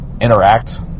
interact